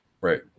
Right